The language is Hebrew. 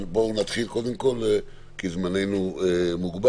אבל בואו נתחיל כי זמננו מוגבל.